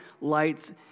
lights